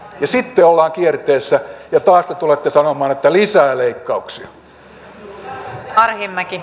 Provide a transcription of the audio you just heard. sitten ollaan kierteessä ja taas te tulette sanomaan että lisää leikkauksia